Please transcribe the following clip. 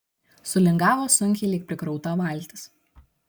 sulingavo sunkiai lyg prikrauta valtis